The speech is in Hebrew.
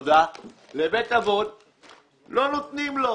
לא נותנים לו.